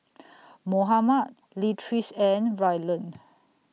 Mohammad Leatrice and Rylan